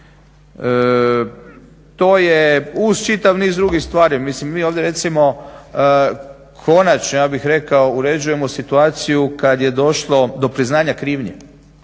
To je uz čitav niz drugih stvari, mislim mi ovdje recimo konačno, ja bih rekao, uređujemo situaciju kad je došlo do priznanja krivnje.